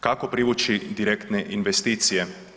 Kako privući direktne investicije?